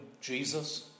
Jesus